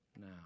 now